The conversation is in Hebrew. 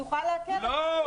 לא.